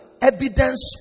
evidence